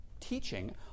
teaching